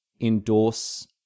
endorse